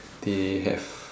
they have